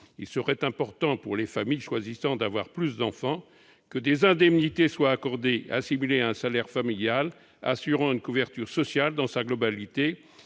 Il serait important que les familles choisissant d'avoir plus d'enfants se voient accorder des indemnités assimilables à un salaire familial, assurant une couverture sociale dans sa globalité